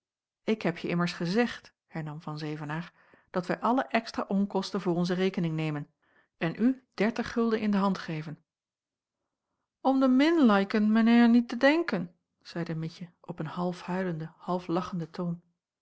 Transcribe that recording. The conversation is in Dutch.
en ik hebje immers gezegd hernam van zevenaer dat wij alle extra onkosten voor onze rekening nemen en u dertig gulden in de hand geven om de min laikent men haier niet te denken zeide mietje op een half huilenden half lachenden toon